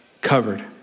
covered